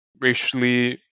racially